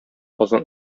азан